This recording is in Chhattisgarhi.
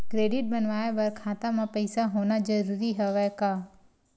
क्रेडिट बनवाय बर खाता म पईसा होना जरूरी हवय का?